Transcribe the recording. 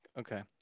Okay